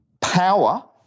Power